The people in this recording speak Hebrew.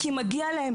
אלא כי מגיע להם.